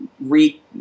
re